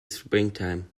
springtime